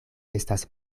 estas